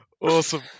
Awesome